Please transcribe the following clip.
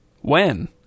When